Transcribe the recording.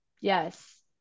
Yes